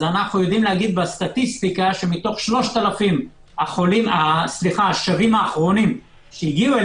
מתוך 3,000 השבים האחרונים שהגיעו,